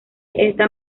esta